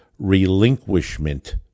relinquishment